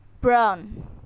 brown